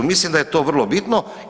Mislim da je to vrlo bitno.